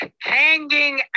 hanging